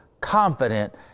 confident